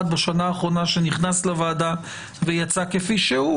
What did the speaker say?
בשנה האחרונה שנכנס לוועדה ויצא כפי שהוא,